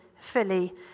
fully